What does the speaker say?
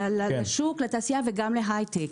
לתעשייה וגם להיי-טק.